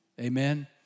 Amen